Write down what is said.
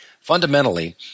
Fundamentally